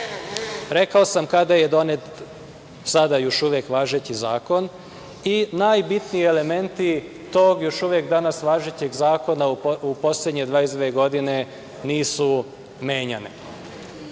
sam kada je donet sada još uvek važeći zakon i najbitniji elementi tog još uvek danas važećeg zakona u poslednje 22 godine nisu menjani.